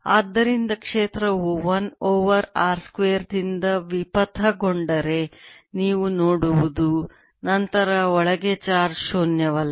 ಆದ್ದರಿಂದ ಕ್ಷೇತ್ರವು 1 over r square ದಿಂದ ವಿಪಥಗೊಂಡರೆ ನೀವು ನೋಡುವುದು ನಂತರ ಒಳಗೆ ಚಾರ್ಜ್ ಶೂನ್ಯವಲ್ಲ